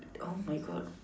oh my God